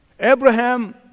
Abraham